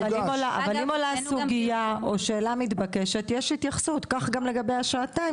אבל אם עולה שאלה או סוגיה מתבקשת יש התייחסות גם לגבי השעתיים